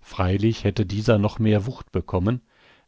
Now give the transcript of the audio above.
freilich hätte dieser noch mehr wucht bekommen